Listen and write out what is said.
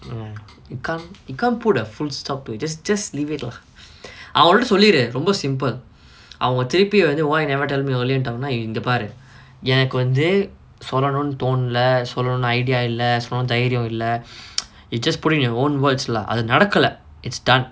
you can't you can't put a full stop to it just just leave it lah அவங்கள்ட சொல்லிரு ரொம்ப:avangalta solliru romba simple அவங்க திருப்பி வந்து:avanga thiruppi vanthu why you never tell me earlier ன்டாங்கனா இங்க பாரு எனக்கு வந்து சொல்லனுன்னு தோனல சொல்லனுன்னு:ntaanganaa inga paaru enakku vanthu sollanunu thonala sollanunu idea இல்ல சொல்லவும் தைரியோ இல்ல:illa sollavum thairiyo illa you just put it in your own words lah அது நடக்கல:athu nadakala it's done